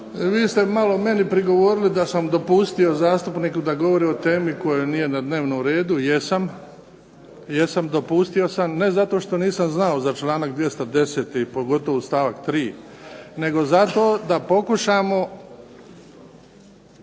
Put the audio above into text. Vi ste malo meni prigovorili da sam dopustio zastupniku da govori o temi koja na dnevnom redu. Jesam. Jesam, dopustio sam, ne zato što nisam znao za članak 210., pogotovo stavak 3., nego zato da pokušamo